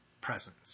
presence